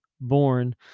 born